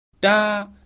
Da